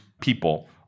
people